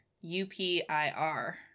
U-P-I-R